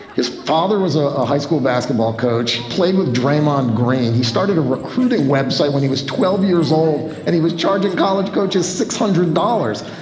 his father was ah a high school basketball coach, played with draymond green. he started a recruiting web site when he was twelve years old and he was charging college coaches six hundred dollars.